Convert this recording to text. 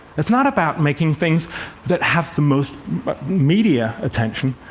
it's not about making things that have the most but media attention,